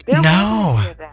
no